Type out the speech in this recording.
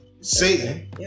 Satan